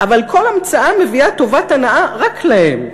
אבל כל המצאה מביאה טובת הנאה רק להם.